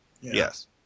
Yes